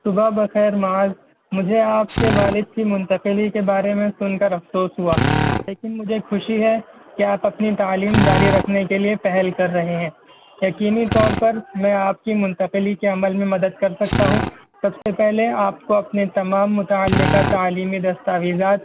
صبح بخیر معاذ مجھے آپ کے والد کی منتقلی کے بارے میں سن کر افسوس ہوا لیکن مجھے خوشی ہے کہ آپ اپنی تعلیم جاری رکھنے کے لیے پہل کر رہے ہیں یقینی طور پر میں آپ کی منتقلی کے عمل میں مدد کر سکتا ہوں سب سے پہلے آپ کو اپنے تمام متعلقہ تعلیمی دستاویزات